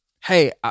hey